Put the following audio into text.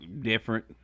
different